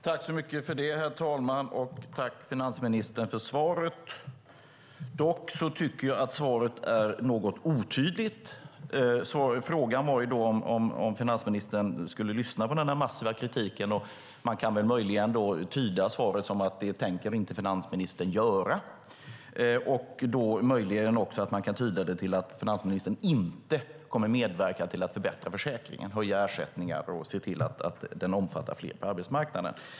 Herr talman! Jag tackar finansministern för svaret som dock är något otydligt. Frågan var om finansministern skulle lyssna på den massiva kritiken, och man kan möjligen tyda svaret som att finansministern inte tänker göra det. Man kan möjligen också tyda det som att finansministern inte kommer att medverka till att förbättra försäkringen genom att höja ersättningar och se till att den omfattar fler på arbetsmarknaden.